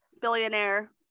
Billionaire